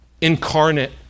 incarnate